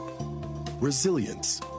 resilience